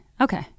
okay